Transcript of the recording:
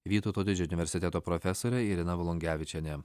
vytauto didžiojo universiteto profesorė irina volungevičienė